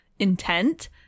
intent